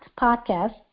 podcast